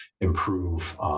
improve